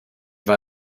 war